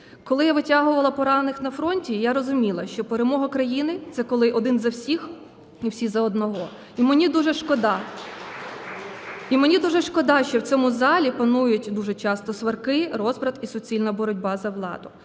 Коли я витягувала поранених на фронті, я розуміла, що перемога країни – це коли один за всіх і всі за одного. І мені дуже шкода, що в цьому залі панують, дуже часто, сварки, розбрат і суцільна боротьба за владу.